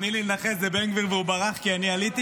תני לי לנחש, זה בן גביר, והוא ברח כי אני עליתי?